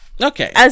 Okay